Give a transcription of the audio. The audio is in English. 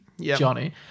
Johnny